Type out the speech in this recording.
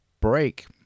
break